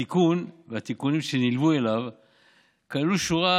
התיקון והתיקונים שנלוו אליו כללו שורת